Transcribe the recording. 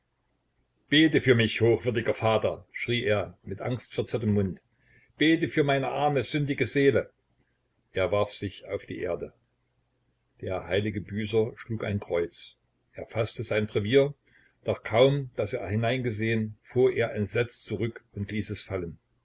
bete für mich hochwürdiger vater schrie er mit angstverzerrtem mund bete für meine arme sündige seele er warf sich auf die erde der heilige büßer schlug ein kreuz er faßte sein brevier doch kaum daß er hineingesehen fuhr er entsetzt zurück und ließ es fallen